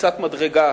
קפיצת מדרגה